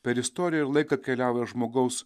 per istoriją ir laiką keliauja žmogaus